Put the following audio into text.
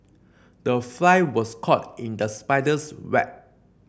the fly was caught in the spider's web